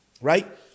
Right